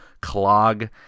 clog